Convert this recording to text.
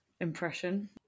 impression